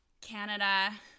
Canada